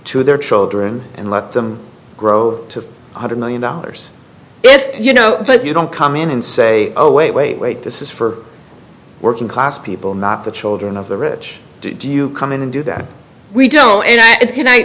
to their children and let them grow to one hundred million dollars if you know but you don't come in and say oh wait wait wait this is for working class people not the children of the rich do you come in and do that we don't